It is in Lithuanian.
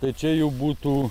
tai čia jų būtų